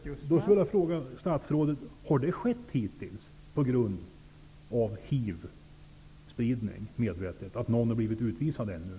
Fru talman! Då vill jag fråga statsrådet: Har någon hittills blivit utvisad på grund av att han medvetet har spritt hiv?